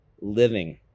living